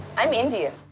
i'm indian.